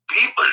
people